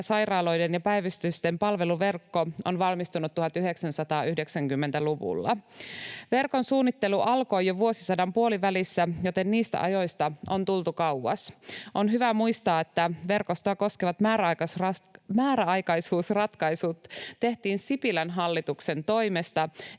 sairaaloiden ja päivystysten palveluverkko ovat valmistuneet 1990-luvulla. Verkon suunnittelu alkoi jo vuosisadan puolivälissä, joten niistä ajoista on tultu kauas. On hyvä muistaa, että verkostoa koskevat määräaikaisuusratkaisut tehtiin Sipilän hallituksen toimesta,